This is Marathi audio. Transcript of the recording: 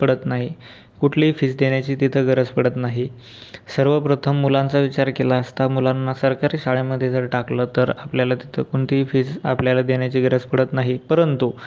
पडत नाही कुठलीही फीज् देण्याची तिथे गरज पडत नाही सर्वप्रथम मुलांचा विचार केला असता मुलांना सरकारी शाळेमध्ये जर टाकलं तर आपल्याला तिथं कोणतीही फीज् आपल्याला देण्याची गरज पडत नाही परंतु